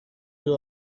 you